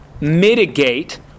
mitigate